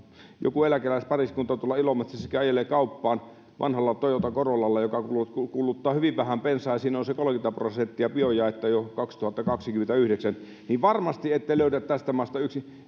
joku eläkeläispariskunta tuolla ilomantsissakin ajelee kauppaan vanhalla autolla vanhalla toyota corollalla joka kuluttaa hyvin vähän bensaa ja siinä on se kolmekymmentä prosenttia biojaetta jo kaksituhattakaksikymmentäyhdeksän niin varmasti ette löydä tästä maasta